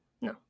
no